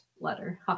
Letter